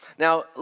Now